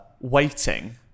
waiting